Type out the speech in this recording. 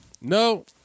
No